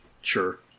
sure